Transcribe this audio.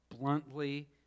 bluntly